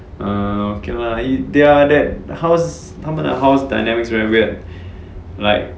err okay lah they are that the house 他们的 house dynamics very weird like